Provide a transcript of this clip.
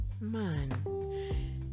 man